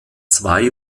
zwei